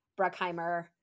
Bruckheimer